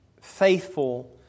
faithful